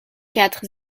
quatre